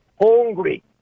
hungry